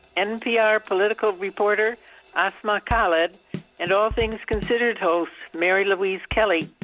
npr political reporter asma khalid and all things considered host mary louise kelly.